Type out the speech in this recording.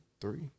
three